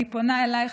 אני פונה אלייך,